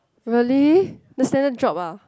really the standard drop ah